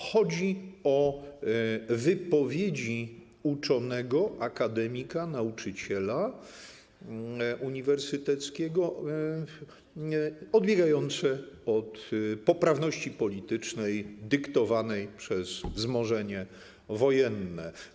Chodzi o wypowiedzi uczonego, akademika, nauczyciela uniwersyteckiego odbiegające od poprawności politycznej dyktowanej przez wzmożenie wojenne.